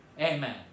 Amen